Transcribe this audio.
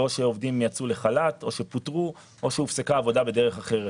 או שעובדים יצאו לחל"ת או שפוטרו או שהופסקה העבודה בדרך אחרת.